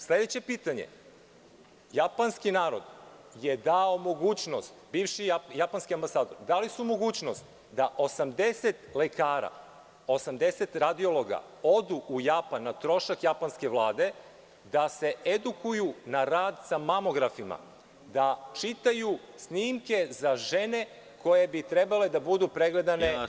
Sledeće pitanje, japanski narod je dao mogućnost, bivši japanski ambasador, dali su mogućnost da 80 lekara, 80 radiologa odu u Japan, o trošku Japanske Vlade da se edukuju na rad sa mamografima, da čitaju snimke za žene koje bi trebale da budu pregledane.